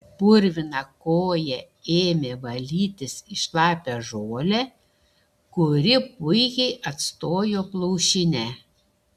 purviną koją ėmė valytis į šlapią žolę kuri puikiai atstojo plaušinę